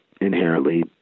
inherently